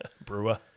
Brewer